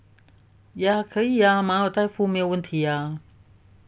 yeah 可以啊马尔代夫没有问题啊